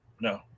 No